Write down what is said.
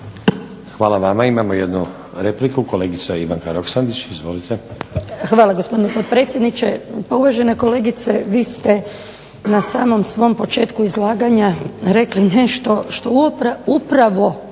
Hvala i vama. Imamo jednu repliku, kolegica Ivanka Roksandić. Izvolite. **Roksandić, Ivanka (HDZ)** Hvala gospodine potpredsjedniče. Pa uvažena kolegice, vi ste na samom svom početku izlaganja rekli nešto što upravo